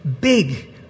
big